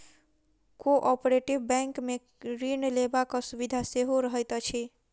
cooperative बैंकमे ऋण लेबाक सुविधा सेहो रहैत अछि